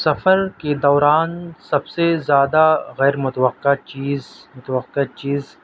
سفر کے دوران سب سے زیادہ غیر متوقع چیز متوقع چیز